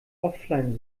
offline